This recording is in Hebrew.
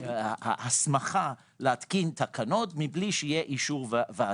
ההסמכה להתקין תקנות בלי שיהיה אישור ועדה.